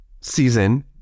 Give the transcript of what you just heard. season